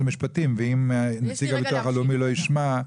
המשפטים ואם נציג הביטוח הלאומי לא ישמע,